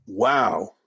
Wow